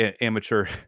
amateur